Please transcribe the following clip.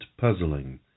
puzzling